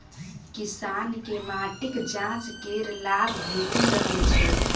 किसानकेँ माटिक जांच केर लाभ भेटि रहल छै